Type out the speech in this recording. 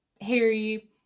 Harry